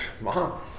mom